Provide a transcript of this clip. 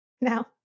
Now